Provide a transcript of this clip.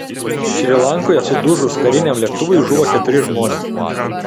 šri lankoje sudužus kariniam lėktuvui žuvo keturi žmonės